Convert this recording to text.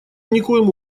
никоим